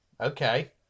okay